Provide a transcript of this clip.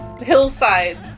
hillsides